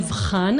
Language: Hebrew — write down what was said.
מוטי בן ארי,